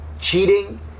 cheating